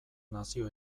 nazio